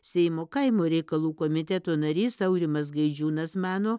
seimo kaimo reikalų komiteto narys aurimas gaidžiūnas mano